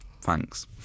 Thanks